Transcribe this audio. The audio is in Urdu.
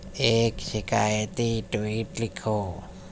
ایک شکایتی ٹویٹ لکھو